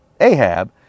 Ahab